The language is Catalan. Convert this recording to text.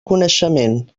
coneixement